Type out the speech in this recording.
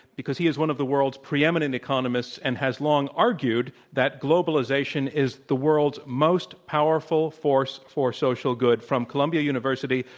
because he is one of the world's pre-eminent economists and has long argued that globalization is the world's most powerful force for social good. from columbia university,